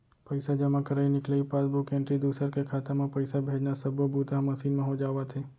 पइसा जमा करई, निकलई, पासबूक एंटरी, दूसर के खाता म पइसा भेजना सब्बो बूता ह मसीन म हो जावत हे